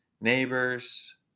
neighbors